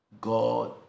God